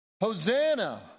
Hosanna